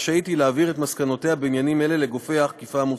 רשאית היא להעביר את מסקנותיה בעניינים אלה לגופי האכיפה המוסמכים.